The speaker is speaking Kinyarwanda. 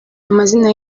amazina